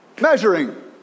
Measuring